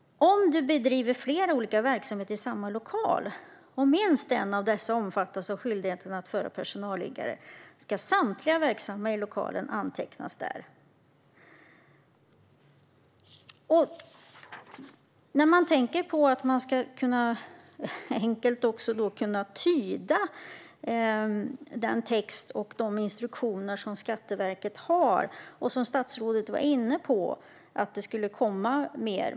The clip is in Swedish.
"Om du bedriver flera olika verksamheter i samma lokal, och minst en av dessa omfattas av skyldigheten att föra personalliggare ska samtliga verksamma i lokalen antecknas i personalliggaren." Det ska vara enkelt att tyda Skatteverkets text och de instruktioner, och statsrådet var inne på att det ska komma mer.